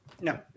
No